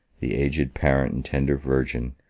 the aged parent and tender virgin,